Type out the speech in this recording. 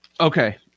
Okay